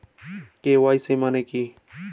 KYC মানে কী?